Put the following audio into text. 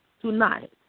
tonight